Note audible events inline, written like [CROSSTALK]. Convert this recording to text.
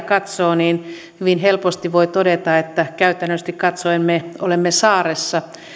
[UNINTELLIGIBLE] katsoo niin hyvin helposti voi todeta että käytännöllisesti katsoen me olemme saaressa